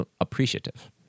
appreciative